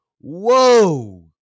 whoa